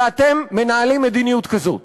ואתם מנהלים מדיניות כזאת.